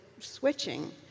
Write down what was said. switching